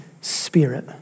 spirit